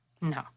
No